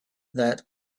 that